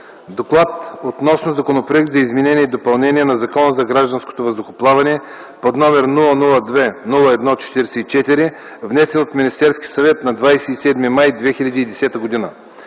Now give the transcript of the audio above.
„ДОКЛАД относно Законопроект за изменение и допълнение на Закона за гражданското въздухоплаване под № 002-01-44, внесен от Министерския съвет на 27 май 2010 г.